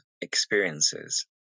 experiences